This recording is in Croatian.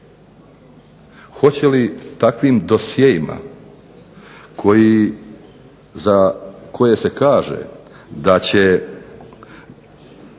Hoće li takvim dosjeima za koje se kaže da će